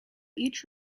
each